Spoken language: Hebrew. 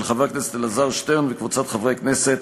של חבר הכנסת אלעזר שטרן וקבוצת חברי הכנסת,